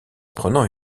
prenant